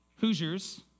Hoosiers